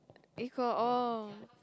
equal oh